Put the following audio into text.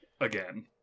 again